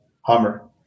Hummer